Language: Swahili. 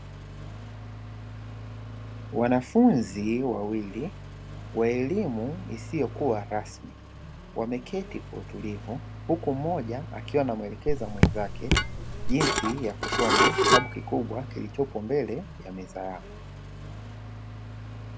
Wanafunzi wawili wa elimu isiyokuwa rasmi wameketi kwa utulivu, huku moja akiwa anamwelekeza mwenzake jinsi ya kusoma kitabu kikubwa kilichopo mbele ya meza yao.